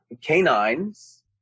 canines